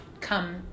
come